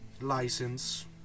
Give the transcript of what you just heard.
license